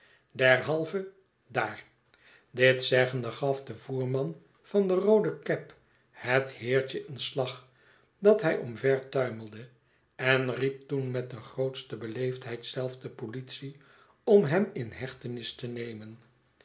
daar dit zeggende gaf de voerman van de roode cab het heertje een slag dat hij omvertuimelde en riep toen met de grootste beleefdheid zelf de politie om hem in hechtenis te nemen